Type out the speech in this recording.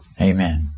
Amen